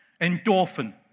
Endorphin